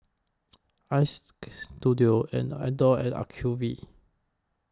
Istudio Adore and Acuvue